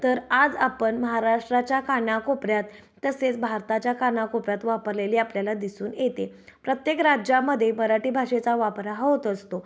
तर आज आपण महाराष्ट्राच्या काना कोपऱ्यात तसेच भारताच्या कानाकोपऱ्यात वापरलेली आपल्याला दिसून येते प्रत्येक राज्यामध्ये मराठी भाषेचा वापरा हा होत असतो